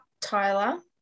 tyler